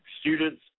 students